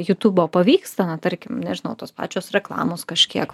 jutubo pavyksta na tarkim nežinau tos pačios reklamos kažkiek